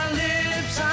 lips